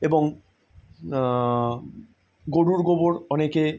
এবং গরুর গোবর অনেকে